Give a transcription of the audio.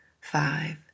five